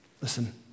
Listen